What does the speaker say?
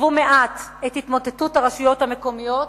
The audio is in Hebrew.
עיכבו מעט את התמוטטות הרשויות המקומיות,